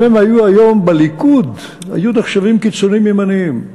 אם הם היו היום בליכוד, היו נחשבים קיצונים ימנים.